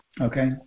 Okay